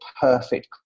perfect